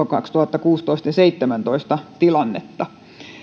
kaksituhattakuusitoista ja kaksituhattaseitsemäntoista tilannetta